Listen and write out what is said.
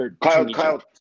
Kyle